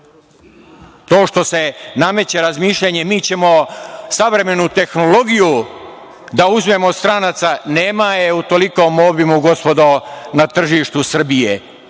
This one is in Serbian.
To što se nameće razmišljanje, mi ćemo savremenu tehnologiju da uzmemo od stranaca, nema je u tolikom obimu, gospodo, na tržištu Srbije.